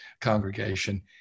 congregation